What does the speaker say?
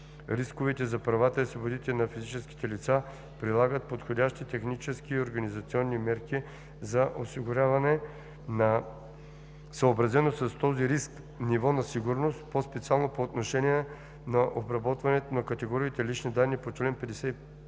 рисковете за правата и свободите на физическите лица, прилагат подходящи технически и организационни мерки за осигуряване на съобразено с този риск ниво на сигурност, по-специално по отношение на обработването на категориите лични данни по чл. 51,